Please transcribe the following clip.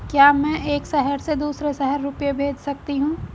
क्या मैं एक शहर से दूसरे शहर रुपये भेज सकती हूँ?